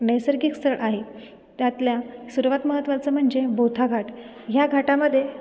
नैसर्गिक स्थळ आहे त्यातलं सर्वात महत्त्वाचं म्हणजे बोथा घाट ह्या घाटामध्ये